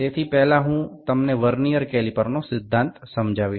તેથી પહેલા હું તમને વર્નિયર કેલીપરનો સિદ્ધાંત સમજાવીશ